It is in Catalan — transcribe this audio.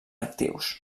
actius